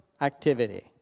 activity